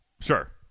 sure